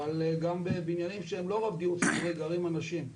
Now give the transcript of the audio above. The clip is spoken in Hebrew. אבל גם בבניינים שהם לא רוב דיור ציבורי גרים אנשים,